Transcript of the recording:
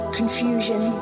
confusion